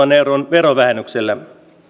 verovähennyksellä